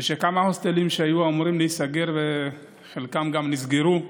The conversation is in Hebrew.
ושכמה הוסטלים שהיו אמורים להיסגר, חלקם גם נסגרו.